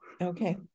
Okay